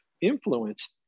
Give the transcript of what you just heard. influence